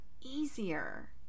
easier